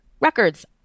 records